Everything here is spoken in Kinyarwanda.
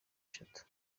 eshatu